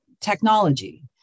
technology